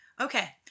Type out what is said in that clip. Okay